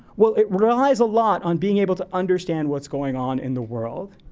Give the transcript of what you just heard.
well, it relies a lot on being able to understand what's going on in the world.